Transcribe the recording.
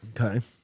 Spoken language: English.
Okay